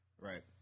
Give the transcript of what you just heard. Right